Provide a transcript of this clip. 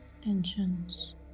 tensions